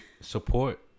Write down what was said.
support